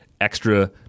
extra